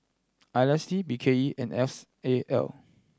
I S D B K E and S A L